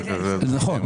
נכון.